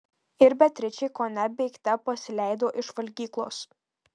ir beatričė kone bėgte pasileido iš valgyklos